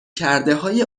کردههای